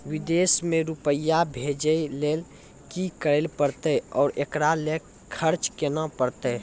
विदेश मे रुपिया भेजैय लेल कि करे परतै और एकरा लेल खर्च केना परतै?